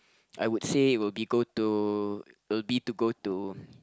I would say it would be go to would be to go to